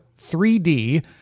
3D